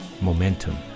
Momentum